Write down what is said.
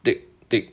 tick tick